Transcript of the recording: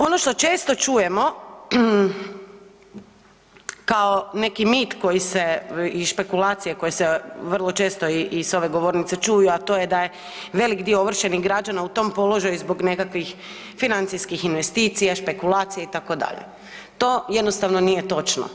Ono što često čujemo kao neki mit koji se i špekulacije koje se vrlo često i s ove govornice čuju, a to je da je veliki dio ovršenih građana u tom položaju zbog nekakvih financijskih investicija, špekulacija itd., to jednostavno nije točno.